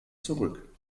zurück